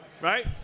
Right